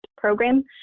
program